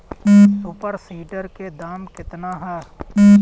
Super seeder के दाम केतना ह?